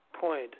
point